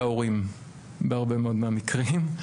מחוקקים צהרונים,